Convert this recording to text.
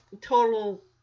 total